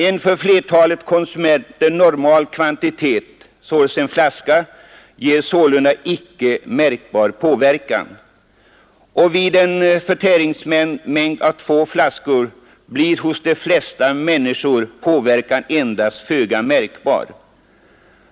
En för flertalet konsumenter normal kvantitet, en flaska, ger sålunda icke märkbar påverkan. Vid en förtäringsmängd av två flaskor blir hos de flesta människor påverkan endast föga märkbar.